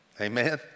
Amen